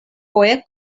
foje